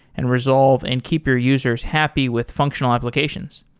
and resolve, and keep your users happy with functional applications.